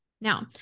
Now